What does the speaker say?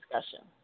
discussion